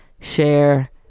share